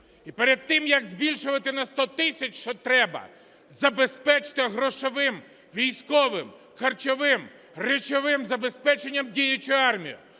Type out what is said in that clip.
І перед тим, як збільшувати на 100 тисяч, що треба забезпечити грошовим, військовим, харчовим, речовим забезпеченням діючу армію.